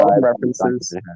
references